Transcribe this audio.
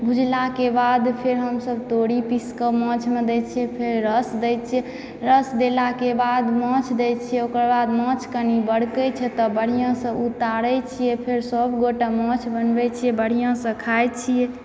भुजलाके बाद फेर हमसभ तोड़ी पीसकऽ माछमऽ दैत छियै फेर रस दैत छियै रस देलाके बाद माछ दैत छियै ओकर बाद माछ कनी बरकै छै तऽ बढ़िआँसँ उतारैत छियै फेर सभ गोटऽ माछ बनबैत छियै बढ़िआँसँ खाय छियै